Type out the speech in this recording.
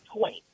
point